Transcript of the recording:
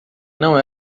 não